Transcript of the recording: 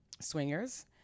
swingers